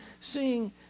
seeing